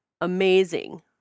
amazing